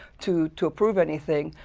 to to approve anything.